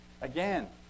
again